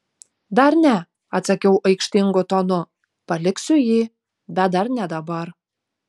dar ne atsakiau aikštingu tonu paliksiu jį bet dar ne dabar